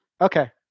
okay